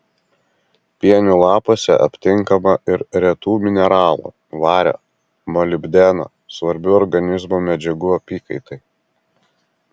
pienių lapuose aptinkama ir retų mineralų vario molibdeno svarbių organizmo medžiagų apykaitai